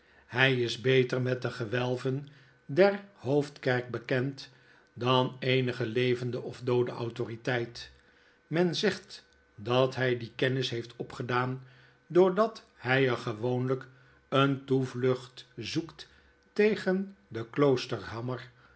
hy is beter met de gewelven der hoofdkerk bekend dan eenige levende of doode autoriteit men zegt dat hy die kennis heeft opgedaan doordat hij er gewoonlyk een toevlucht zoekt tegen de